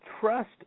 trust